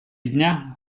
дня